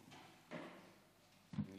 גברתי השרה,